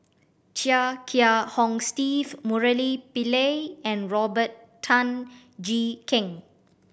Chia Kiah Hong Steve Murali Pillai and Robert Tan Jee Keng